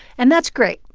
and that's great.